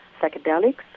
psychedelics